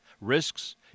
risks